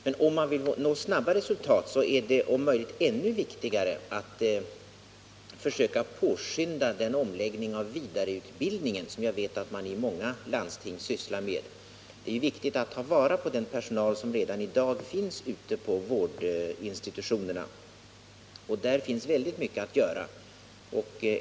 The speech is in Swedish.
Men om man vill nå snabba resultat är det om möjligt ännu viktigare att försöka påskynda den omläggning av vidareutbildningen som jag vet att man i många landsting sysslar med. Det är viktigt att ta vara på den personal som redan i dag finns ute på vårdinstitutionerna. Där finns väldigt mycket att göra.